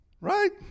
Right